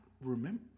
remember